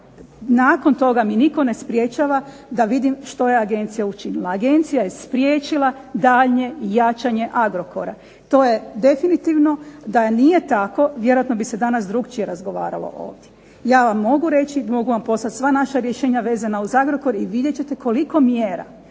nakon toga mi nitko ne sprječava da vidim što je agencija učinila. Agencija je spriječila daljnje jačanje Agrokora. To je definitivno, da nije tako vjerojatno bi se danas drukčije razgovaralo ovdje. Ja vam mogu reći, mogu vam poslati sva naša rješenja vezana uz Agrokor i vidjet ćete koliko mjera,